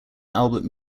albert